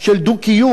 של דו-קיום,